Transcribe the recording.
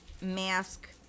mask